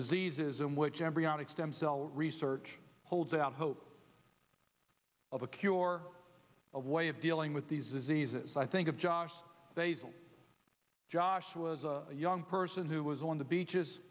diseases in which embryonic stem cell research holds out hope of a cure or a way of dealing with these diseases i think of jobs josh was a young person who was on the beaches